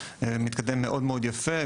מתקדם מאוד מאוד יפה,